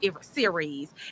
series